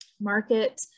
market